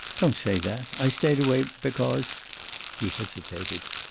don't say that. i stayed away, because he hesitated.